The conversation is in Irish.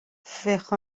bheadh